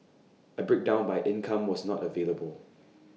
A breakdown by income was not available